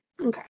Okay